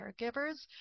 caregivers